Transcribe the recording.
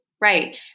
right